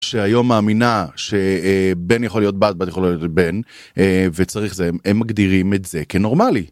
שהיום מאמינה שבן יכול להיות בת ובת יכולה להיות בן, וצריך זה. הם מגדירים את זה כנורמלי.